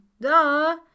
duh